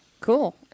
cool